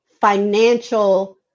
financial